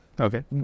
Okay